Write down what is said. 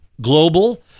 global